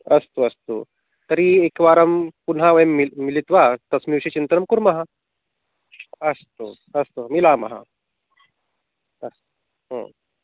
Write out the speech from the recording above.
अस्तु अस्तु तर्हि एकवारं पुनः वयं मिलामः मिलित्वा तस्मिन् विषये चिन्तनं कुर्मः अस्तु अस्तु मिलामः अस्तु